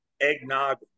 eggnog